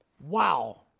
Wow